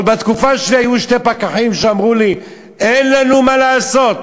בתקופה שלי היו שני פקחים שאמרו לי: אין לנו מה לעשות,